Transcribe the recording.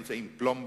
היום זה עם פלומבות.